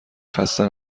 خسته